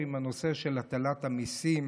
עם הנושא של הטלת המיסים